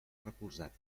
recolzat